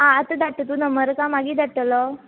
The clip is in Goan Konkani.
आं आतां धाडटा तूं नंबर का मागीर धाडटलो